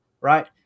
right